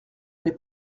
n’est